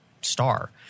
star